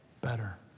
better